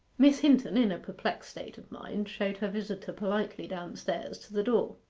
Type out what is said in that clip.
miss hinton, in a perplexed state of mind, showed her visitor politely downstairs to the door.